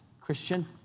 Christian